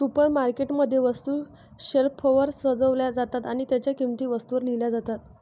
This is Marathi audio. सुपरमार्केट मध्ये, वस्तू शेल्फवर सजवल्या जातात आणि त्यांच्या किंमती वस्तूंवर लिहिल्या जातात